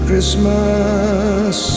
Christmas